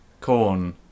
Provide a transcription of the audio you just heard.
corn